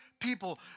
people